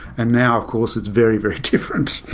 and now of course it's very, very different.